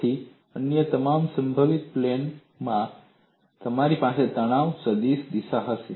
તેથી અન્ય તમામ સંભવિત પ્લેનોમાં તમારી પાસે તણાવ સદીશની દિશા હશે